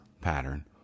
pattern